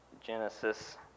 Genesis